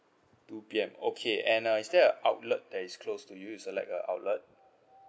two P_M okay and uh is there a outlet that is close to you is there like a outlet